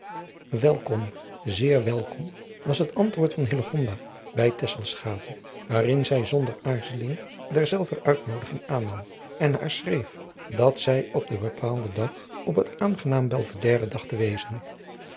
welkom zeer welkom was het antwoord van hillegonda bij tesselschade waarin zij zonder aarzeling derzelver uitnoodiging aannam en haar schreef dat zij op den bepaalden dag op het aangenaam belvedere dacht te wezen